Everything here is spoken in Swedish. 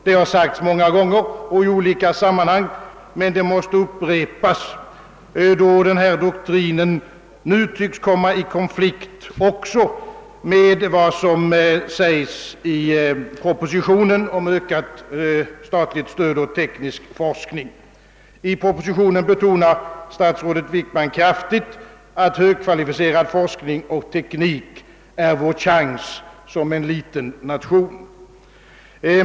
Detta har sagts många gånger och i olika sammanhang, men det måste upprepas, då denna doktrin nu tycks komma i konflikt också med vad som anförs i propositionen om ökat statligt stöd åt teknisk forskning. I propositionen betonar statsrådet Wickman kraftigt, att högkvalificerad forskning och teknik är vår chans som en liten nation.